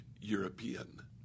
European